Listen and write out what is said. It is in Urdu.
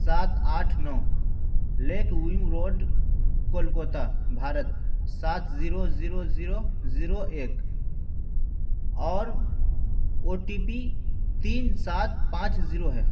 سات آٹھ نو lake wing road Kolkata Bharat سات زیرو زیرو زیرو زیرو ایک اور او ٹی پی تین سات پانچ زیرو ہے